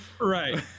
right